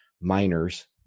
miners